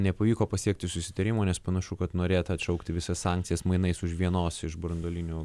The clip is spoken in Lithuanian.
nepavyko pasiekti susitarimo nes panašu kad norėta atšaukti visas sankcijas mainais už vienos iš branduolinių